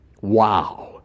wow